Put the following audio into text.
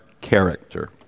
character